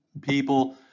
people